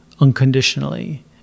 unconditionally